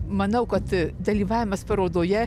manau kad dalyvavimas parodoje